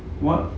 what